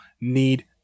need